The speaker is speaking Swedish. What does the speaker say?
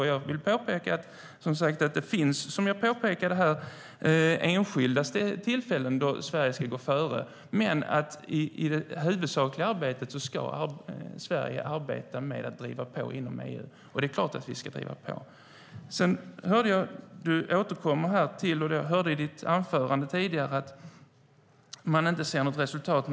Som jag påpekade finns det enskilda tillfällen då Sverige ska gå före, men i det huvudsakliga arbetet är det klart att Sverige ska arbeta med att driva på inom EU. Du återkommer till här, och jag hörde det i ditt anförande tidigare, att man inte ser något resultat.